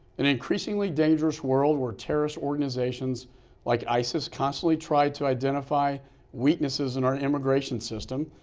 and increasingly dangerous world where terrorist organizations like isis constantly try to identify weaknesses in our immigration system,